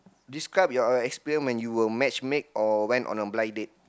describe your experience when you were match make or went on a blind date